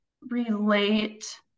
relate